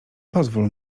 pozwól